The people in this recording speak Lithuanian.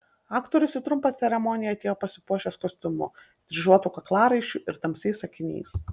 aktorius į trumpą ceremoniją atėjo pasipuošęs kostiumu dryžuotu kaklaraiščiu ir tamsiais akiniais